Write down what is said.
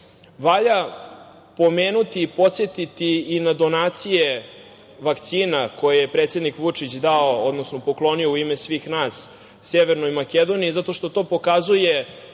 pomenuti i podsetiti i na donacije vakcine, koje je predsednik Vučić dao, odnosno poklonio u ime svih nas Severnoj Makedoniji, zato što to pokazuje